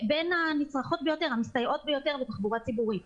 בין המסתייעות ביותר בתחבורה הציבורית.